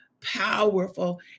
powerful